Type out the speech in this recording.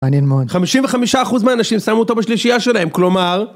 מעניין מאוד. 55% מהאנשים שמו אותו בשלישייה שלהם, כלומר...